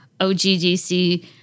OGDC